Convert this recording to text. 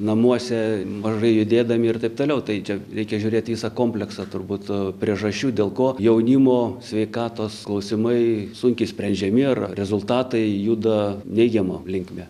namuose mažai judėdami ir taip toliau tai čia reikia žiūrėt visą kompleksą turbūt tų priežasčių dėl ko jaunimo sveikatos klausimai sunkiai sprendžiami ir rezultatai juda neigiama linkme